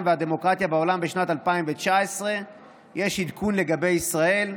והדמוקרטיה בעולם בשנת 2019. יש עדכון לגבי ישראל,